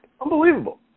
Unbelievable